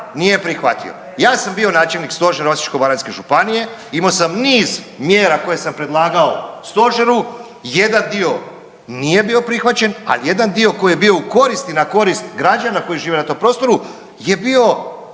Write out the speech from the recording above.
nije prihvatio? Ja sam bio načelnik Stožera Osječko-baranjske županije imao sam niz mjera koje sam predlagao stožeru. Jedan dio nije bio prihvaćen, a jedan dio koji je bio u korist i na korist građana koji žive na tom prostoru je bio